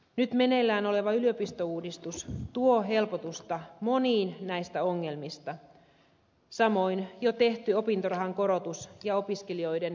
nyt meneillään oleva yliopistouudistus tuo helpotusta moniin näistä ongelmista samoin jo tehty opintorahan korotus ja opiskelijoiden tulorajojen nosto